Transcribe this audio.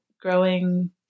growing